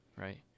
right